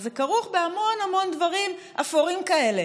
וזה כרוך בהמון המון דברים אפורים כאלה